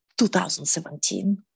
2017